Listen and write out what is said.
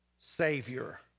Savior